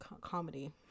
comedy